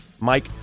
Mike